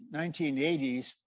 1980s